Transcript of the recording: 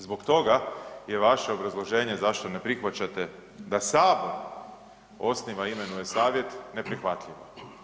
Zbog toga je vaše obrazloženje zašto ne prihvaćate da Sabor osniva i imenuje savjet neprihvatljivo.